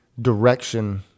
direction